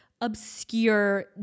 obscure